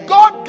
God